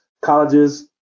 colleges